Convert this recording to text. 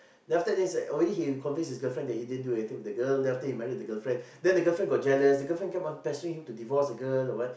then after that she already convinced his girlfriend that he didn't do anything with girl then after that he marry the girlfriend then the girlfriend got jealous the girlfriend keep on pestering him to divorce the girl the what